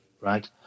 right